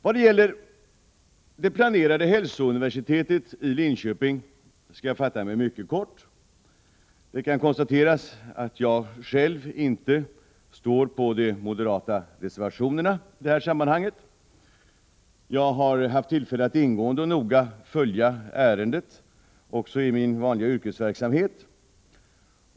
Vad gäller det planerade hälsouniversitetet i Linköping skall jag fatta mig mycket kort. Det kan konstateras att mitt namn inte står på de moderata reservationerna i detta sammanhang. Jag har haft tillfälle att ingående och noga följa ärendet också i min vanliga yrkesverksamhet.